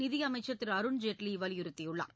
நிதியமைச்சர் திரு அருண் ஜேட்லி வலியுறுத்தியுள்ளார்